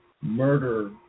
murder